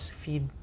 feed